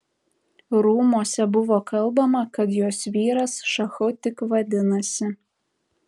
rūmuose buvo kalbama kad jos vyras šachu tik vadinasi